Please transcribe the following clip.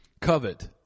covet